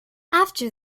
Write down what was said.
after